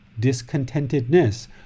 discontentedness